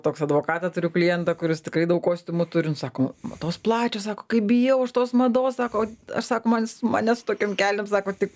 toks advokatą turiu klientą kuris tikrai daug kostiumų turi nu sako va tos plačios sako kaip bijau aš tos mados sako aš sako man jis mane su tokiom kelnėm sako tik